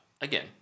again